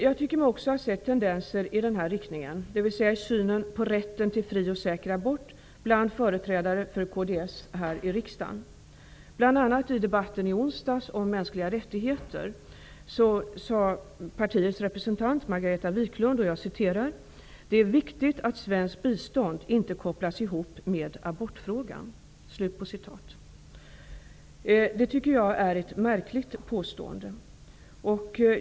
Jag tycker mig också ha sett tendenser i den här riktningen i synen på rätten till fri och säker abort bland företrädare för kds här i riksdagen. I debatten om mänskliga rättigheter i onsdags sade partiets representant Margareta Viklund: ''Det är -- viktigt att svenskt bistånd inte kopplas ihop med abortfrågan.'' Det tycker jag är ett märkligt påstående.